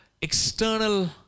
external